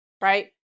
Right